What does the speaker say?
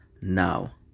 now